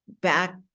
back